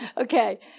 Okay